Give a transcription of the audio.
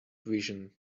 vision